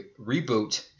reboot